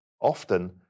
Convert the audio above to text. often